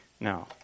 Now